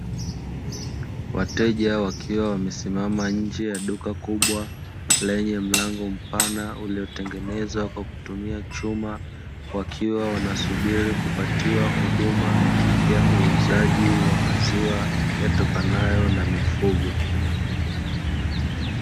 Wateja wakiwa wamesimama nje ya duka kubwa lenye mlango mpana uliotengenezwa kwa kutumia chuma, wakiwa wanasubiri kupatiwa huduma wauuzaji wa maziwa yatokanayo na mifugo.